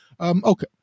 Okay